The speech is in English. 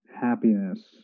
happiness